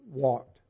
walked